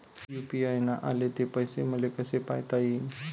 UPI न आले ते पैसे मले कसे पायता येईन?